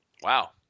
Wow